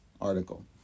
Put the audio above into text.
article